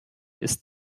ist